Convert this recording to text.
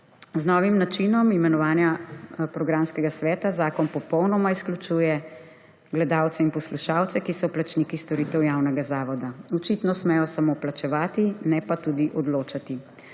Z novim načinom imenovanja programskega sveta zakon popolnoma izključuje gledalce in poslušalce, ki so plačniki storitev javnega zavoda. Očitno smejo samo plačevati, ne pa tudi odločati.